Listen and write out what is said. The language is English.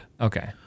Okay